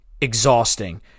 exhausting